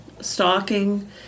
stalking